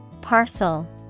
Parcel